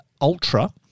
Ultra